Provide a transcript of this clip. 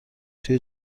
توی